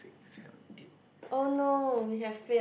seven eight